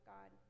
God